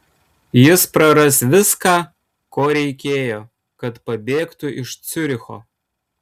jis praras viską ko reikėjo kad pabėgtų iš ciuricho